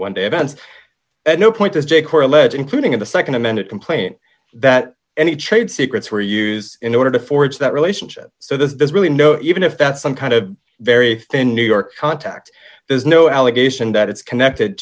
one day events at no point is jake or alleged including in the nd amended complaint that any trade secrets were used in order to forge that relationship so there's really no even if that's some kind of very thin new york contact there's no allegation that it's connected